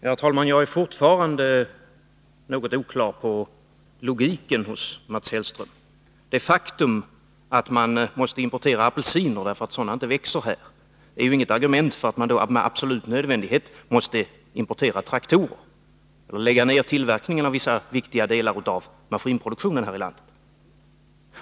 Herr talman! Jag är fortfarande något oklar över Mats Hellströms logik. Det faktum att man måste importera apelsiner därför att sådana inte växer här är ju inget argument för att man med absolut nödvändighet måste importera traktorer eller lägga ned tillverkningen av vissa viktiga delar av maskinproduktionen här i landet.